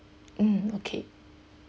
mm okay